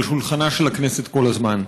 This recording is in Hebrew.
על שולחנה של הכנסת כל הזמן,